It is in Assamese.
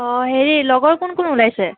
অঁ হেৰি লগৰ কোন কোন ওলাইছে